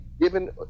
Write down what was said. given